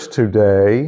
today